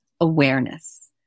awareness